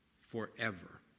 forever